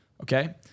okay